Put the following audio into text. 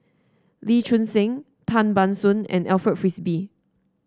Lee Choon Seng Tan Ban Soon and Alfred Frisby